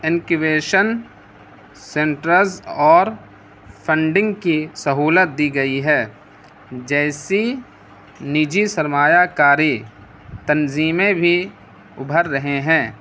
انکویشن centres اور funding کی سہولت دی گئی ہے جیسی نجی سرمایہ کاری تنظیمیں بھی ابھر رہے ہیں